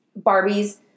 Barbies